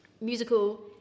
Musical